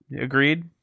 agreed